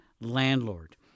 landlord